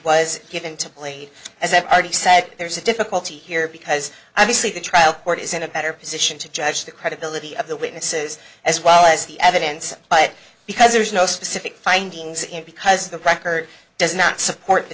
was given to plead as i've already said there's a difficulty here because obviously the trial court is in a better position to judge the credibility of the witnesses as well as the evidence but because there is no specific findings in because the cracker does not support the